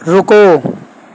ਰੁਕੋ